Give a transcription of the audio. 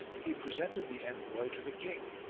he presented the envoy to the king.